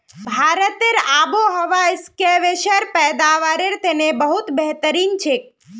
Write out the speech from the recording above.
भारतेर आबोहवा स्क्वैशेर पैदावारेर तने बहुत बेहतरीन छेक